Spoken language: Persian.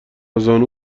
زانو